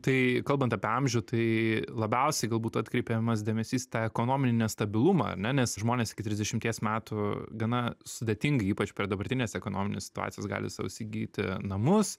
tai kalbant apie amžių tai labiausiai galbūt atkreipiamas dėmesys į tą ekonominį nestabilumą ar ne nes žmonės iki trisdešimties metų gana sudėtingai ypač prie dabartinės ekonominės situacijos gali sau įsigyti namus